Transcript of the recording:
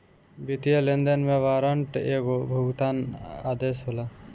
वित्तीय लेनदेन में वारंट एगो भुगतान आदेश होला